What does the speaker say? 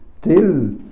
till